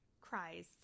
cries